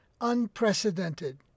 unprecedented